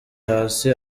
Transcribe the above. hasi